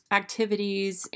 activities